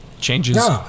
changes